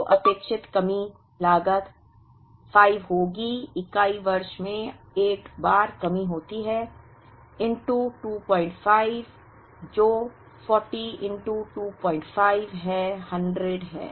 तो अपेक्षित कमी लागत 5 होगी इकाई वर्ष में 8 बार कम होती है 25 जो 40 25 है 100 है